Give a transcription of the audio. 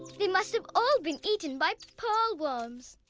they must have all been eaten by pearl worms.